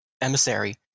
Emissary